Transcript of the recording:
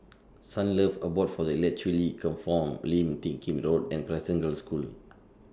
Sunlove Abode For The Intellectually Infirmed Lim Teck Kim Road and Crescent Girls' School